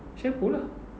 shampoo lah